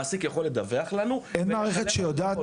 מעסיק יכול לדווח לנו --- אין מערכת שיודעת